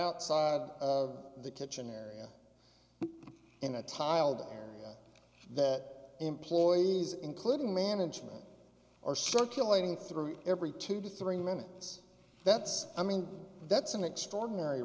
outside the kitchen area in a tiled area that employees including management are circulating through it every two to three minutes that's i mean that's an extraordinary